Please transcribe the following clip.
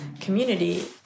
community